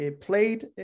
played